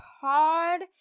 pod